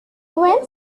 went